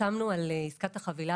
כשחתמנו על עסקת החבילה,